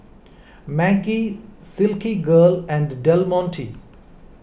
Maggi Silky Girl and Del Monte